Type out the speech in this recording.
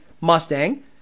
Mustang